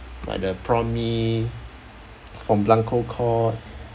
like the prawn mee from blanco court